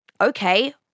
okay